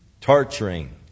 Torturing